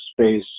space